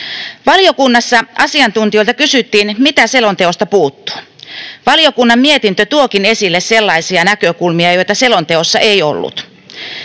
Valiokunnassa asiantuntijoilta kysyttiin, mitä selonteosta puuttuu. Valiokunnan mietintö tuokin esille sellaisia näkökulmia, joita selonteossa ei ollut.